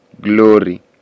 glory